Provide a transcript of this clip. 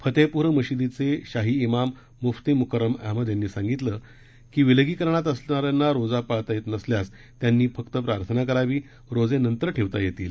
फतेहपुरी मशिदीचे शाही माम मूफ्ती मुकर्रम अहमद यांनी सांगितलं की विलगीकरणात असणाऱ्यांना रोजा पाळता येत नसल्यास त्यांनी फक्त प्रार्थना करावी रोजे नंतर ठेवता येतील